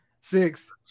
Six